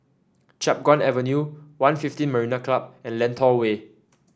Chiap Guan Avenue One fifteen Marina Club and Lentor Way